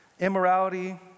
Immorality